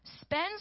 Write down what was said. spends